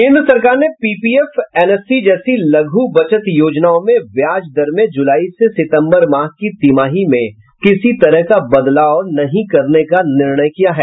केन्द्र सरकार ने पीपीएफ एनएससी जैसी लघु बचत योजनाओं में ब्याज दर में जुलाई से सितम्बर माह की तिमाही में किसी तरह का बदलाव नहीं करने का निर्णय किया है